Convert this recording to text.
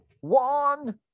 one